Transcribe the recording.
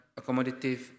accommodative